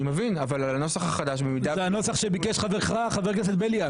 זה הנוסח שביקש חברך חבר הכנסת בליאק,